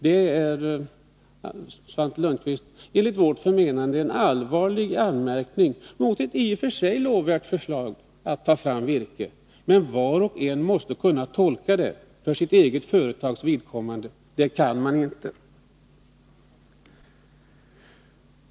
Det är, Svante Lundkvist, enligt vårt förmenande en allvarlig anmärkning mot ett förslag om att ta fram virke som i och för sig är lovvärt. Men var och en måste kunna tolka det för sitt eget företags vidkommande, och det kan man inte.